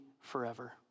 forever